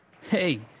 Hey